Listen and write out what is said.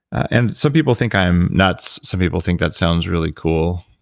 and some people think i'm nuts, some people think that's sounds really cool.